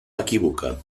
equívoca